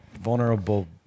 vulnerable